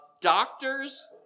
doctors